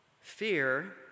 Fear